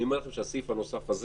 אני אומר לכם שהסעיף הנוסף הזה